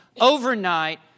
overnight